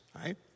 right